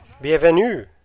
Bienvenue